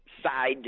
side